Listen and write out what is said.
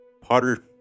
Potter